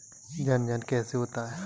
जनन कैसे होता है बताएँ?